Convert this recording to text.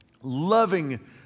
loving